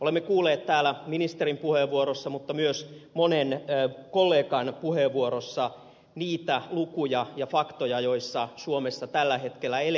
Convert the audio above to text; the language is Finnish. olemme kuulleet täällä ministerin puheenvuorossa mutta myös monen kollegan puheenvuorossa niitä lukuja ja faktoja miten suomessa tällä hetkellä eletään